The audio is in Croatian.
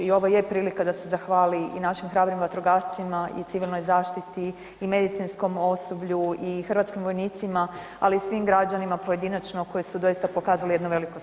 I ovo je prilika da se zahvali i našim hrabrim vatrogascima i Civilnoj zaštiti i medicinskom osoblju i hrvatskim vojnicima, ali i svim građanima pojedinačno koji su doista pokazali jedno veliko srce.